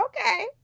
Okay